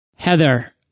Heather